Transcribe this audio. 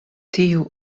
tiu